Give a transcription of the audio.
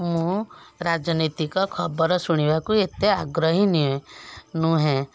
ମୁଁ ରାଜନୀତିକ ଖବର ଶୁଣିବାକୁ ଏତେ ଆଗ୍ରହୀ ନିହେଁ ନୁହେଁ